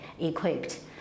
equipped